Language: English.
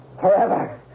forever